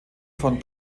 von